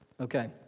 Okay